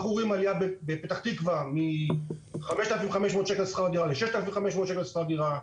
אנחנו רואים בפתח תקוה עלייה מ-5,500 שקל שכר דירה ל-6,500 שכר דירה,